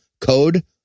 code